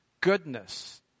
goodness